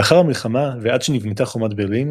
לאחר המלחמה ועד שנבנתה חומת ברלין